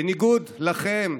בניגוד לכם,